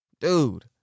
dude